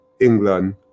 England